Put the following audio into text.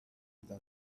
that